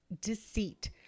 deceit